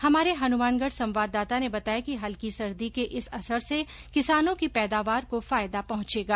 हमारे हनुमानगढ संवाददाता ने बताया कि हल्की सर्दी के इस असर से किसानों की पैदावार को फायदा पहुंचेगा